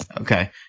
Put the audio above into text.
Okay